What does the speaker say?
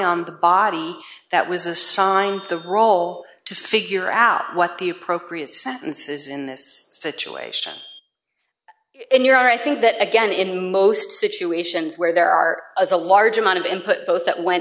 on the body that was assigned the role to figure out what the appropriate sentences in this situation and your are i think that again in most situations where there are as a large amount of input both that went